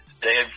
Dave